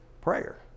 prayer